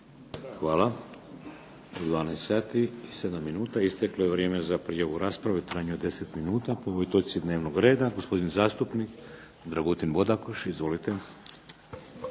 Hvala. U 12 sati i 7 minuta isteklo je vrijeme za prijavu rasprave u trajanju od 10 minuta po ovoj točci dnevnog reda. Gospodin zastupnik Dragutin Bodakoš. Izvolite.